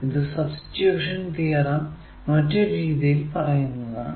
ഇത് substitution theorem മറ്റൊരു രീതിയിൽ പറയുന്നതാണ്